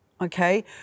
okay